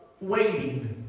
waiting